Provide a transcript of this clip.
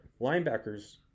Linebackers